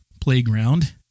playground